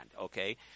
okay